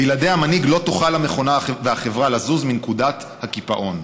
בלעדי המנהיג לא יוכלו המכונה והחברה לזוז מנקודת הקיפאון.